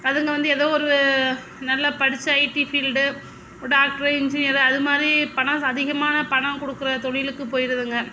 அதுங்க வந்து ஏதோ ஒரு நல்ல படித்த ஐடி ஃபீல்டு ஒரு டாக்ட்ரு இன்ஜினியரு அது மாதிரி பணம் அதிகமான பணம் கொடுக்கற தொழிலுக்கு போயிடுதுங்க